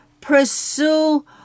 pursue